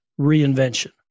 reinvention